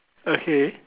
okay